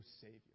Savior